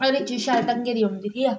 हर इ चीज शैल ढंगै दी होंदी ठीक ऐ